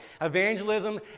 evangelism